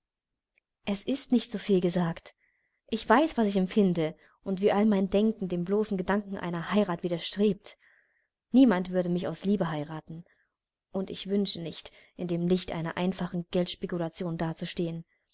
es ist nicht zuviel gesagt ich weiß was ich empfinde und wie all mein denken dem bloßen gedanken einer heirat widerstrebt niemand würde mich aus liebe heiraten und ich wünsche nicht in dem licht einer einfachen geldspekulation dazustehen